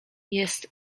jest